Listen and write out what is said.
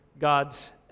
God's